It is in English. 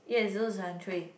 yes those